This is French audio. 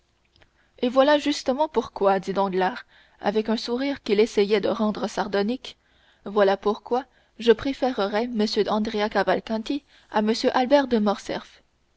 et voilà justement pourquoi dit danglars avec un sourire qu'il essayait de rendre sardonique voilà pourquoi je préférerais m andrea cavalcanti à m albert de